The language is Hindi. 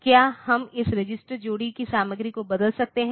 क्या हम इस रजिस्टर जोड़ी की सामग्री को बदल सकते हैं